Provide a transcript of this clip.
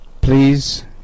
please